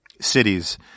cities